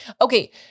okay